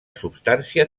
substància